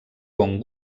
bon